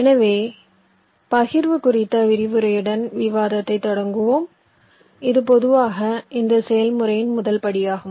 எனவே பகிர்வு குறித்த விரிவுரையுடன் விவாதத்தைத் தொடங்குவோம் இது பொதுவாக இந்த செயல்முறையின் முதல் படியாகும்